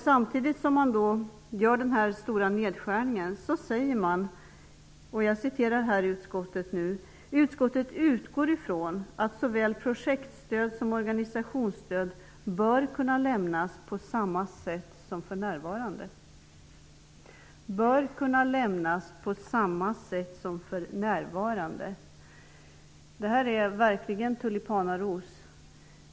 Samtidigt som man föreslår denna stora nedskärning säger man: ''Utskottet utgår ifrån att såväl projektstöd som organisationsstöd bör kunna lämnas på samma sätt som för närvarande.'' Det här är verkligen en tulipanaros.